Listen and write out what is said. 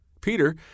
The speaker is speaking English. Peter